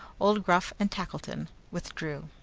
old gruff and tackleton withdrew.